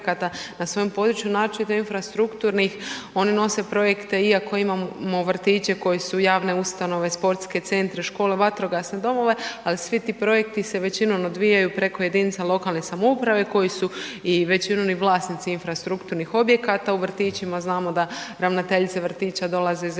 na svom području naročito infrastrukturnih oni nosi projekte iako imamo vrtiće koji su javne ustanove, sportske centre, škole, vatrogasne domove, ali svi ti projekti se većinom odvijaju preko jedinica lokalne samouprave koji su i većinom i vlasnici infrastrukturnih objekata. U vrtićima znamo da ravnateljice vrtića dolaze iz